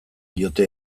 diote